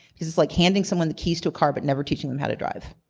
because it's like handing someone the keys to a car, but never teaching them how to drive.